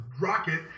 rocket